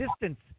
distance